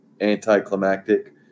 anticlimactic